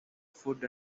food